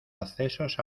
accesos